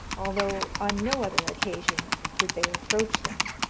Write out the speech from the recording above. although on no other occasion did they approach them.